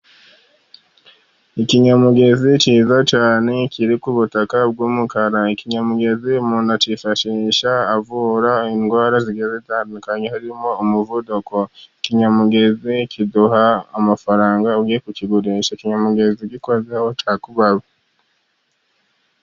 Ikinyamugezi kiza cyane kiri ku butaka, ikinyamugezi umuntu akifashisha avura indwara zitandukanye harimo umuvuduko. Ikinyamugezi kiduha amafaranga ugiye kukigurisha, ikinyamugenzi ugikozeho kirakubaba.